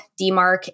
DMARC